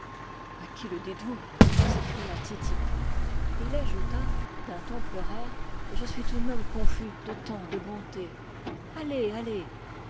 a qui le dites-vous s'écria titik et il ajouta d'un ton pleurard je suis tout de même confus de tant de bontés allez allez